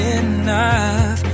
enough